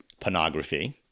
Pornography